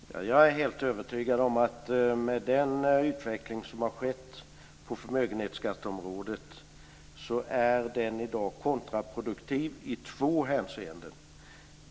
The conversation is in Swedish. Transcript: Herr talman! Jag är helt övertygad om att med den utveckling som har skett på förmögenhetsskatteområdet så är den i dag kontraproduktiv i två hänseenden.